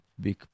big